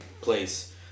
place